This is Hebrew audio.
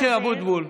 משה אבוטבול.